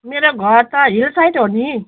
मेरो घर त हिलसाइड हो नि